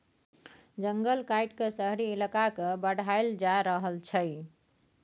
जंगल काइट के शहरी इलाका के बढ़ाएल जा रहल छइ